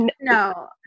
no